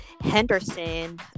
Henderson